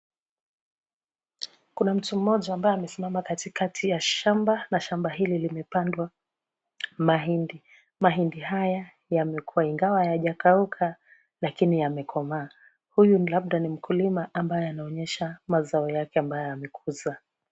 Kuna mtu mmoja ambaye amesimama katikati ya shamba na shamba hili limepandwa mahindi. Mahindi haya yamekua ingawa hayajakauka lakini yamekomaa. Huyu labda ni mkulima ambaye anaonyesha mazao yake ambayo amekuza.